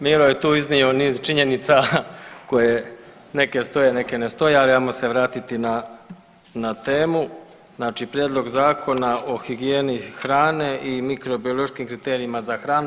Miro je tu iznio niz činjenica koje neke stoje, neke ne stoje, ali ajmo se vratiti na, na temu, znači prijedlog Zakona o higijeni hrani i mikrobiološkim kriterijima za hranu.